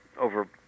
over